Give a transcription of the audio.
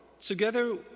Together